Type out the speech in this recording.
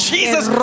Jesus